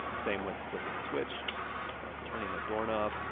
same with flipping a switch or turning a doorknob.